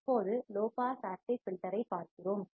இப்போது low pass active filter ஐப் பார்க்கிறோம்